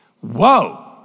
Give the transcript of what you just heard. Whoa